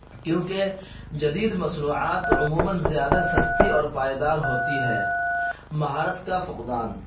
کیونکہ جدید مصنوعات عموماً زیادہ سستی اور پائیدار ہوتی ہے مہارت کا فقدان